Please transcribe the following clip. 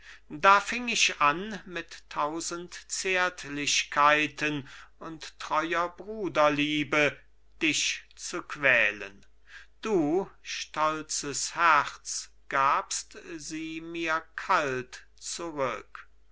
da fing ich an mit tausend zärtlichkeiten und treuer bruderliebe dich zu quälen du stolzes herz gabst sie mir kalt zurück